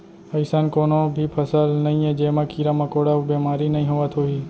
अइसन कोनों भी फसल नइये जेमा कीरा मकोड़ा अउ बेमारी नइ होवत होही